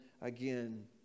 again